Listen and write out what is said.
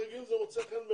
אנחנו לא נסיים את זה עכשיו,